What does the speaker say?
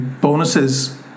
bonuses